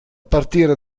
partire